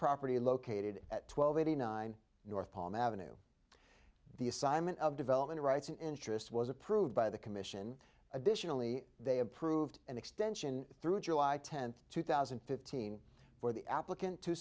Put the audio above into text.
property located at twelve eighty nine north palm ave the assignment of development rights and interest was approved by the commission additionally they approved an extension through july tenth two thousand and fifteen for the applicant to